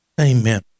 Amen